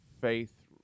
faith